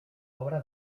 obra